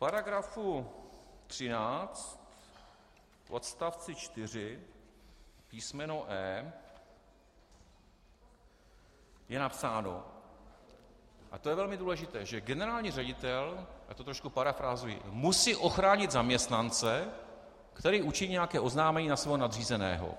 V § 13 odst. 4 písm. e) je napsáno a to je velmi důležité že generální ředitel, já to trošku parafrázuji, musí ochránit zaměstnance, který učiní nějaké oznámení na svého nadřízeného.